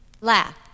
Laugh